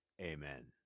Amen